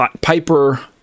Piper